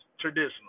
traditional